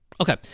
Okay